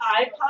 iPod